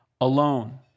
alone